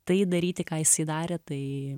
tai daryti ką jisai darė tai